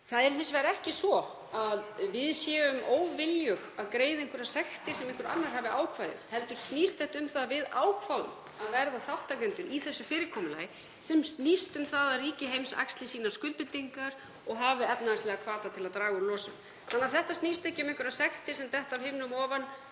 Það er hins vegar ekki svo að við séum óviljug að greiða einhverjar sektir sem einhver annar hafi ákveðið heldur snýst þetta um það að við ákváðum að verða þátttakendur í þessu fyrirkomulagi sem snýst um að ríki heims axli skuldbindingar sínar og hafi efnahagslega hvata til að draga úr losun. Þannig að þetta snýst ekki um einhverjar sektir sem detta af himnum ofan